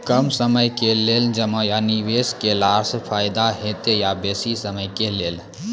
कम समय के लेल जमा या निवेश केलासॅ फायदा हेते या बेसी समय के लेल?